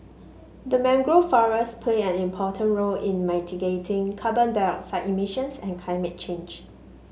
the mangrove forests play an important role in mitigating carbon dioxide emissions and climate change